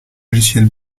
logiciels